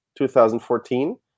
2014